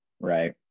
right